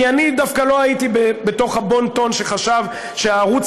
כי דווקא אני לא הייתי בתוך הבון-טון שחשב שהערוץ